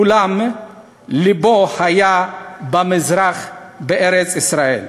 אולם לבו היה במזרח בארץ-ישראל.